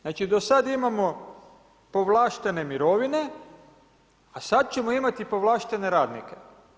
Znači do sada imamo povlaštene mirovine, a sada ćemo imati povlaštene radnike.